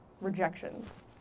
rejections